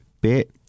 bit